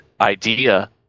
idea